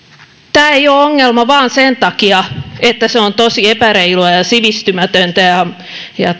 tämä ei ole ongelma vain sen takia että se on tosi epäreilua ja sivistymätöntä ja ja